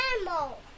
animal